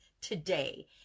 today